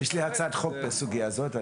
יש לי הצעת חוק בסוגייה הזאת.